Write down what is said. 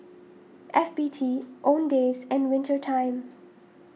F B T Owndays and Winter Time